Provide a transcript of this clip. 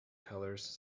colors